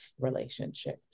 relationship